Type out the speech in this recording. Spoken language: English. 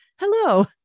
hello